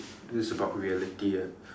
this is about reality ah